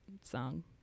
song